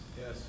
Yes